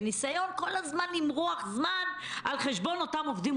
בניסיון כל הזמן למרוח זמן על חשבון אותם עובדים